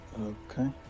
Okay